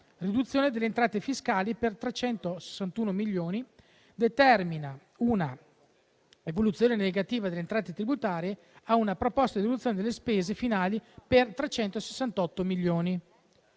riduzione delle entrate finali per 361 milioni; determinata dalla evoluzione negativa delle entrate tributarie, e a una proposta di riduzione delle spese finali per 368 milioni.